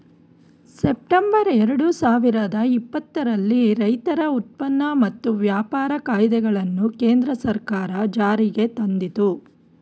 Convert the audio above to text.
September ಎರಡು ಸಾವಿರದ ಇಪ್ಪತ್ತರಲ್ಲಿ ರೈತರ ಉತ್ಪನ್ನ ಮತ್ತು ವ್ಯಾಪಾರ ಕಾಯ್ದೆಗಳನ್ನು ಕೇಂದ್ರ ಸರ್ಕಾರ ಜಾರಿಗೆ ತಂದಿತು